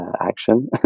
action